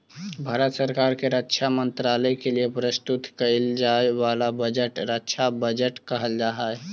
भारत सरकार के रक्षा मंत्रालय के लिए प्रस्तुत कईल जाए वाला बजट रक्षा बजट कहल जा हई